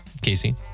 Casey